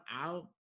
out